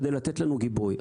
כדי לתת לנו גיבוי.